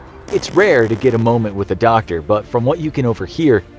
it's rare to get a moment with a doctor, but from what you can overhear,